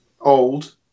old